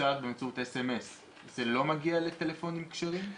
מבוצעת באמצעות סמס, זה לא מגיע לטלפונים כשרים?